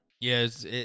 Yes